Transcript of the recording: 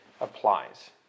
applies